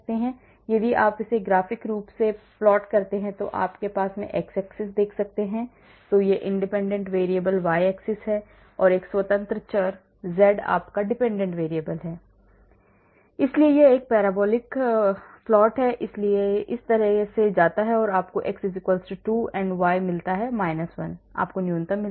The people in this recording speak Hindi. यदि आप उन्हें ग्राफिक रूप से आकर्षित करते हैं जैसा कि आप x axis देख सकते हैं तो यह independent variable y axis है एक और स्वतंत्र चर z आपका dependent variable है इसलिए यह एक परवलयिक विमान है इसलिए यह इस तरह से जाता है और आपको x 2 और y मिलता है 1 आपको न्यूनतम मिलता है